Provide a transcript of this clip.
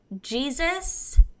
Jesus